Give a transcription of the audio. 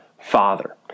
Father